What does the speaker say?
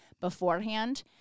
beforehand